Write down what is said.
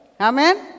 Amen